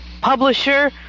Publisher